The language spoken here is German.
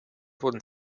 wurden